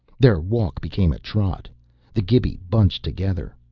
their walk became a trot the gibi bunched together.